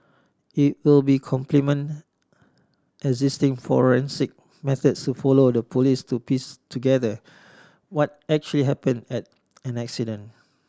it will be complement existing forensic methods to follow the Police to piece together what actually happen at an incident